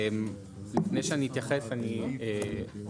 לפני שאני אתייחס אני אומר,